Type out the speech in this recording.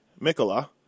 Mikola